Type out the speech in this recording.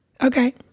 Okay